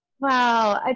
Wow